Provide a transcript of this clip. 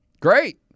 Great